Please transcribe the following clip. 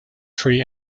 tree